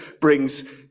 brings